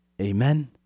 Amen